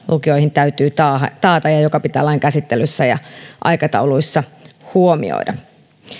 lukioihin täytyy taata taata ja joka pitää lain käsittelyssä ja aikatauluissa huomioida